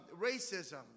racism